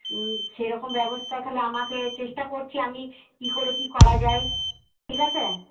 সেরকম ব্যবস্থা তাহলে আমাকে চেষ্টা করছি আমি কি করে কি করা যায় ঠিক আছে